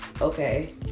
okay